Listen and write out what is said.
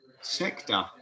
sector